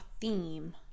theme